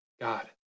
God